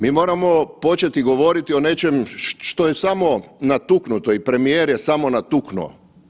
Mi moramo početi govoriti o nečem što je samo natuknuto i premijer je samo natuknuo.